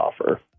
offer